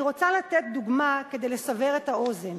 אני רוצה לתת דוגמה כדי לסבר את האוזן.